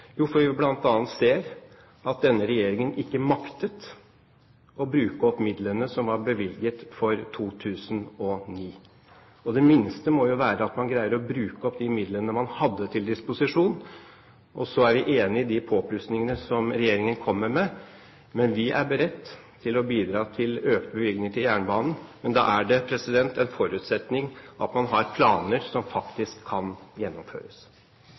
Jo, fordi vi bl.a. ser at denne regjeringen ikke maktet å bruke opp midlene som var bevilget for 2009. Det minste må jo være at man greier å bruke opp de midlene man hadde til disposisjon. Så er vi enig i de påplussingene som regjeringen kommer med. Vi er beredt til å bidra til økte bevilgninger til jernbanen, men da er det en forutsetning at man har planer som faktisk kan gjennomføres.